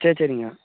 சரி சரிங்கக்கா